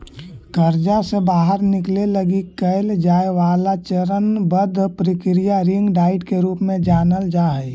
कर्जा से बाहर निकले लगी कैल जाए वाला चरणबद्ध प्रक्रिया रिंग डाइट के रूप में जानल जा हई